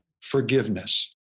forgiveness